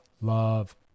love